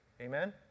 Amen